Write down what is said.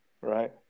right